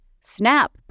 Snap